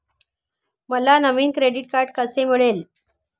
मला नवीन credit card कसे मिळेल?